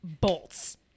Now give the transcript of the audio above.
bolts